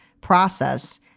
process